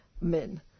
men